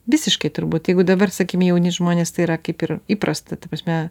visiškai turbūt jeigu dabar sakykim jauni žmonės tai yra kaip ir įprasta ta prasme